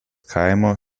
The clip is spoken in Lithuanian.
kaimo